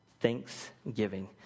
Thanksgiving